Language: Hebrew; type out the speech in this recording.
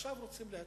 עכשיו רוצים להגדיל.